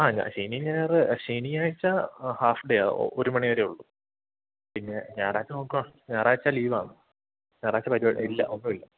ആ അല്ല ശനിയു ഞായർ ശനിയാഴ്ച് ഹാഫ് ഡേ ആണ് ഒരു മണിവരെയുള്ളു പിന്നെ ഞാറാഴ്ച്ച നോക്കാം ഞാറാഴ്ച്ച ലീവ് ആണ് ഞാറാഴ്ച്ച ഇല്ല ഒന്നുമില്ല